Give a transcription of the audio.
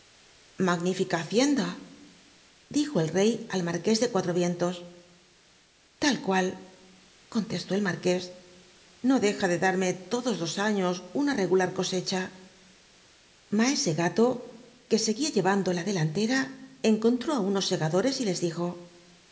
fagnílica hacienda dijo el re y al ma rc u és dt cuatro icntos pse tal cua l con tcshí el marqués no deja dt darme todos los aiíos una regular oscclla lac e gato que seguía llevando la delantera encontró á uno segadores y le dijo